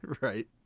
Right